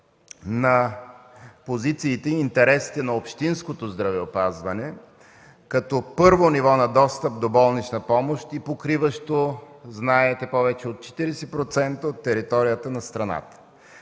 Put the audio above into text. позициите и интересите на общинското здравеопазване като първо ниво на достъп до болнична помощ и покриващо, знаете, повече от 40% от територията на страната.